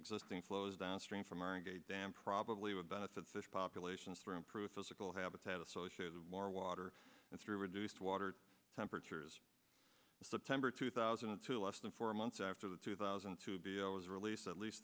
existing flows downstream from our gate dam probably would benefit fish populations through improved physical habitat associated with more water through reduced water temperatures september two thousand and two less than four months after the two thousand and two b l was released at least